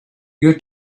you